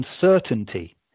uncertainty